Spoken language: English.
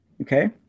Okay